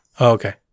okay